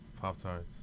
Pop-Tarts